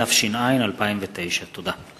26 באוקטובר 2009, לקריאה ראשונה,